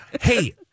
Hey